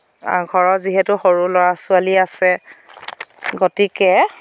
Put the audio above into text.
ঘৰৰ যিহেতু সৰু ল'ৰা ছোৱালী আছে গতিকে